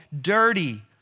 dirty